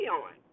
on